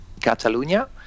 Catalonia